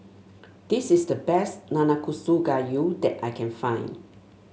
this is the best Nanakusa Gayu that I can find